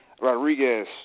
Rodriguez